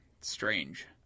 strange